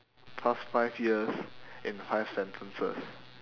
past five years in five sentences